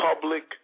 public